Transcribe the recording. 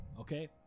Okay